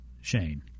Shane